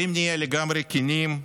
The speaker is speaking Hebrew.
ואם נהיה לגמרי כנים,